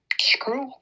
screw